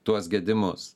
tuos gedimus